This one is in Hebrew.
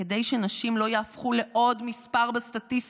כדי שנשים לא יהפכו לעוד מספר בסטטיסטיקה,